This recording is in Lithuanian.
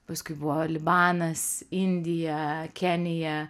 paskui buvo libanas indija kenija